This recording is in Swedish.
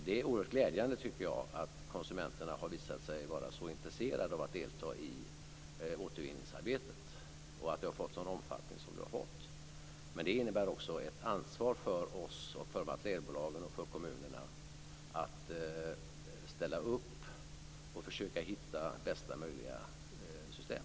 Det är oerhört glädjande att konsumenterna har visat sig vara så intresserade av att delta i återvinningsarbetet och att det har fått en sådan omfattning som det har fått. Men det innebär också ett ansvar för oss, materialbolagen och kommunerna när det gäller att ställa upp och försöka hitta bästa möjliga system.